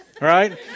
right